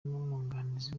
n’umwunganizi